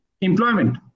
Employment